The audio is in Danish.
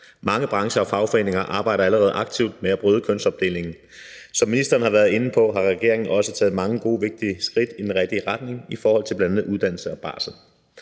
Mange brancher og fagforeninger arbejder allerede aktivt med at bryde kønsopdelingen. Som ministeren har været inde på, har regeringen også taget mange gode og vigtige skridt i den rigtige retning i forhold til bl.a. uddannelse og barsel.